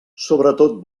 sobretot